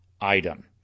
item